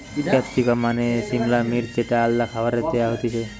capsicum মানে সিমলা মির্চ যেটা আলাদা খাবারে দেয়া হতিছে